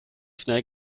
schnell